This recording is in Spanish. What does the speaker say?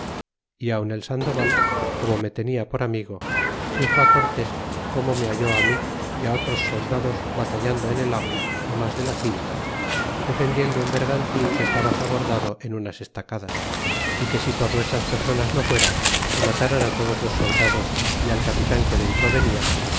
y aun el sandoval como me tenia por amigo dixo cortés como me halló mi y otros soldados batallando en el agua mas de la cinta defendiendo un bergantin que estaba zabordado en unas estacadas a que si por nuestras personas no fuera que mataran todos los soldados y al capitan que dentro venia